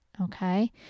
Okay